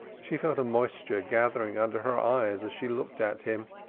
she felt a moisture gathering under her eyelids as she looked at him.